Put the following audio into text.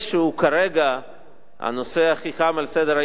שהוא כרגע הנושא הכי חם על סדר-היום,